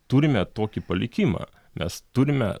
turime tokį palikimą mes turime